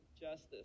justice